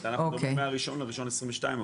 מה-1 בינואר 2022,